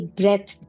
breath